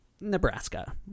Nebraska